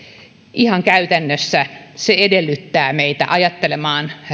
ihan käytännössä se edellyttää meitä ajattelemaan